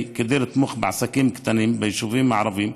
כדי לתמוך בעסקים קטנים ביישובים הערביים,